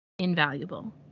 invaluable